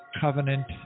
covenant